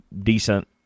decent